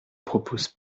propose